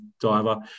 diver